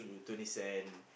twenty cent